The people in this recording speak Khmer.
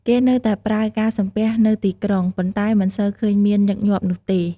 គេនៅតែប្រើការសំពះនៅទីក្រុង ប៉ុន្តែមិនសូវឃើញមានញឹកញាប់នោះទេ។